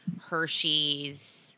Hershey's